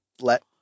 let